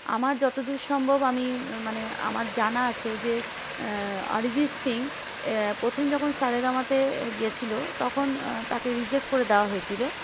আমার যত দূর সম্ভব আমি মানে আমার জানা আছে যে অরিজিৎ সিং প্রথম যখন সারেগামাতে গিয়েছিলো তখন তাকে রিজেক্ট করে দেওয়া হয়েছিলো